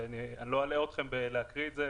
ואני לא אלאה אתכם בלהקריא את זה,